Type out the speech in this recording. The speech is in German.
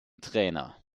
trainer